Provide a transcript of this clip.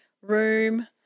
room